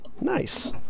nice